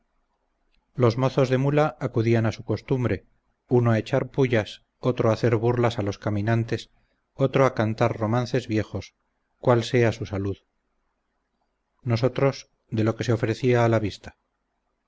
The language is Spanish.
los mozos de mula acudían a su costumbre uno a echar pullas otro a hacer burlas a los caminantes otro a cantar romances viejos cual sea su salud nosotros de lo que se ofrecía a la vista